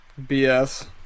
BS